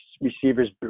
receivers